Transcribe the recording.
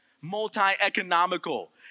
multi-economical